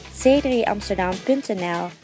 c3amsterdam.nl